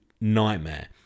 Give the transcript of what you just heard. nightmare